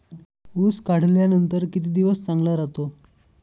ऊस काढल्यानंतर किती दिवस चांगला राहतो?